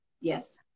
Yes